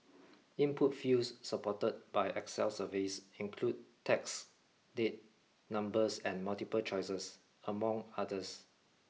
input fields supported by excel surveys include text date numbers and multiple choices among others